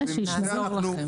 שישמרו.